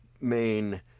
main